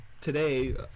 today